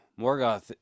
Morgoth